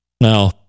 Now